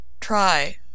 Try